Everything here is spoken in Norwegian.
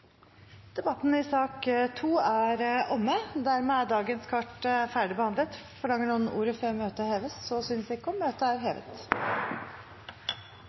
Debatten i sak nr. 2 er omme. Dermed er dagens kart ferdigbehandlet. Forlanger noen ordet før møtet heves? – Så synes ikke, og møtet er hevet.